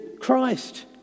Christ